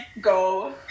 go